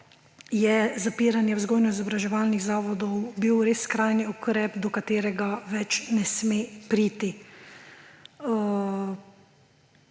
je zapiranje vzgojno-izobraževalnih zavodov bil res skrajni ukrep, do katerega več ne sme priti.